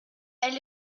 elle